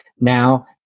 Now